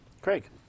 Craig